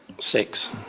Six